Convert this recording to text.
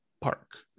park